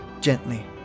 gently